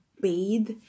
bathe